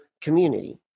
community